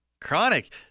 Chronic